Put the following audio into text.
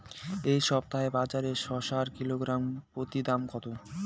এই সপ্তাহে বাজারে শসার কিলোগ্রাম প্রতি দাম কত?